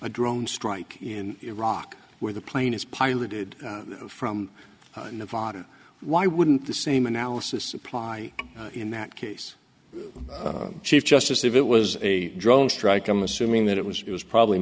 a drone strike in iraq where the plane is piloted from nevada why wouldn't the same analysis apply in that case the chief justice if it was a drone strike i'm assuming that it was it was probably